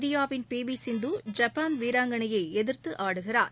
இந்தியாவின் P V Sindhu Japan வீராங்கணையை எதிர்த்து ஆடுகிறார்